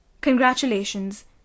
Congratulations